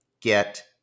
get